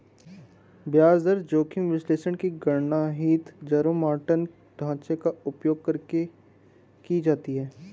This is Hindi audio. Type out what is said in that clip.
ब्याज दर जोखिम विश्लेषण की गणना हीथजारोमॉर्टन ढांचे का उपयोग करके की जाती है